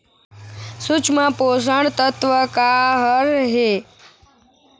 सूक्ष्म पोषक तत्व का हर हे?